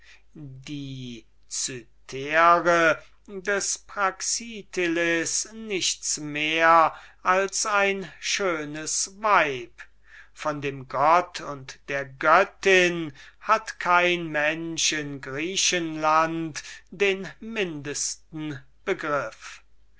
die venus des praxiteles mehr als ein schönes weib von dem gott und der göttin hat kein mensch in griechenland den mindesten begriff